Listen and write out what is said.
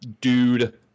dude